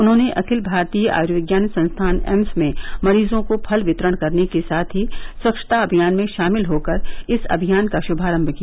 उन्होंने अखिल भारतीय आयुर्विज्ञान संस्थान एम्स में मरीजों को फल वितरण करने के साथ ही स्वच्छता अभियान में शामिल होकर इस अभियान का श्भारम्म किया